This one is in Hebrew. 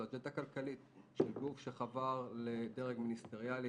זו אג'נדה כלכלית של גוף שחבר לדרג מיניסטריאלי